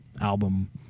album